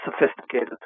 sophisticated